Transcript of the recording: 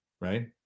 right